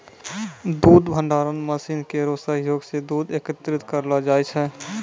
दूध भंडारण मसीन केरो सहयोग सें दूध एकत्रित करलो जाय छै